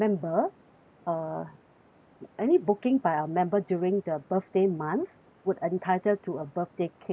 uh any booking by a member during the birthday month would entitle to a birthday cake